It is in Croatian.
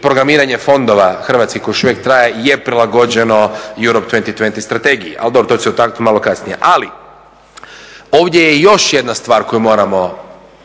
programiranje fondova hrvatskih koji još uvijek traje je prilagođeno Europa 2020 strategiji. Ali dobro, to ću se dotaknuti malo kasnije. Ali ovdje je još jedna stvar koju moramo